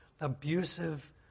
abusive